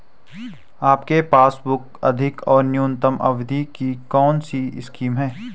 आपके पासबुक अधिक और न्यूनतम अवधि की कौनसी स्कीम है?